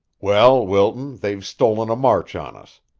well, wilton, they've stolen a march on us,